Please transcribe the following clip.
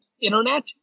internet